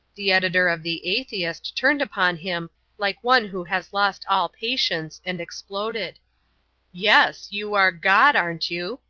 the editor of the atheist turned upon him like one who has lost all patience, and exploded yes, you are god, aren't you?